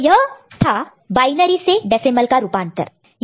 तो यह था बायनरी से डेसिमल का रूपांतर कन्वर्शन conversion